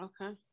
Okay